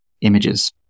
images